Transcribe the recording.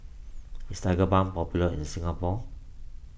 is Tigerbalm popular in Singapore